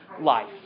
life